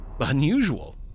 unusual